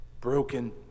broken